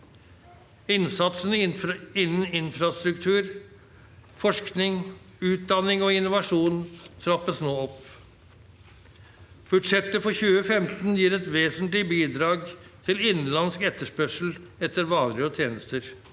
storting 5 frastruktur, forskning, utdanning og innovasjon trappes nå opp. Budsjettet for 2015 gir et vesentlig bidrag til innenlandsk etterspørsel etter varer og tjenester.